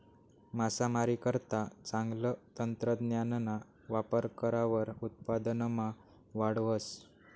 मासामारीकरता चांगलं तंत्रज्ञानना वापर करावर उत्पादनमा वाढ व्हस